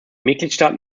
mitgliedstaaten